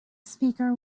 speaker